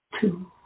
two